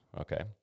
Okay